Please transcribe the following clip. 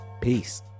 peace